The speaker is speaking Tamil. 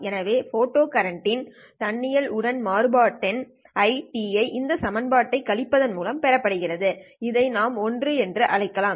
எனவே போட்டோ கரண்ட்யின் தன்னியல் உடன் மாறுபாட்டெண் I ஐ இந்த சமன்பாட்டைக் கழிப்பதன் மூலம் பெறப்படுகிறது இதை நாம் ஒன்று என்று அழைக்கலாம்